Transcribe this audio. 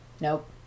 Nope